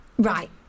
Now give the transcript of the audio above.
Right